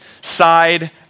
Side